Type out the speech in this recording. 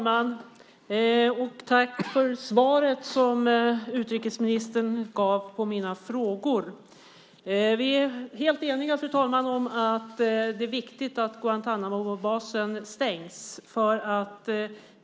Fru talman! Tack för svaret som utrikesministern gav på mina frågor! Vi är helt eniga, fru talman, om att det är viktigt att Guantánamobasen stängs.